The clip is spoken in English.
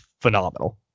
phenomenal